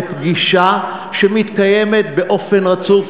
בפגישה שמתקיימת באופן רצוף,